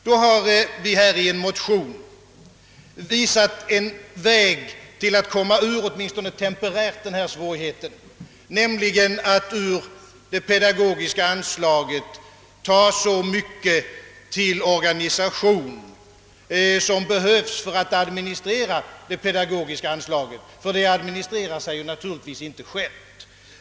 Vi har nu i en motion anvisat en väg att åtminstone temporärt komma ur denna svårighet, nämligen att ur det pedagogiska anslaget ta så mycket till organisationen som behövs för att administrera den pedagogiska verksamheten, ty den administrerar sig naturligtvis inte själv.